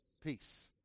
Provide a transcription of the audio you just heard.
Peace